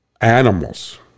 animals